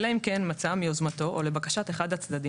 אלא אם כן מצא מיוזמתו או לבקשת אחד הצדדים,